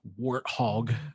warthog